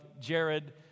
Jared